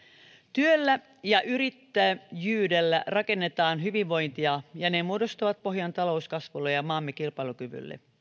työllä ja yrittäjyydellä rakennetaan hyvinvointia ja ne muodostavat pohjan talouskasvulle ja maamme kilpailukyvylle